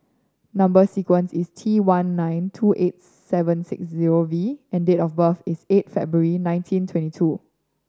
number sequence is T one nine two eight seven six zero V and date of birth is eight February nineteen twenty two